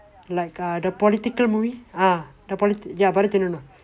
like err the political movie ah ya Bharat Ennum நான்:barath ennum naan